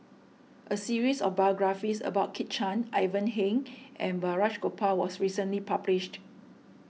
a series of biographies about Kit Chan Ivan Heng and Balraj Gopal was recently published